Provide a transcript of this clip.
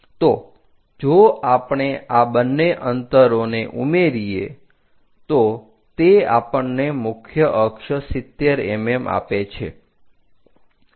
તો જો આપણે આ બંને અંતરોને ઉમેરીએ તો તે આપણને મુખ્ય અક્ષ 70 mm આપે છે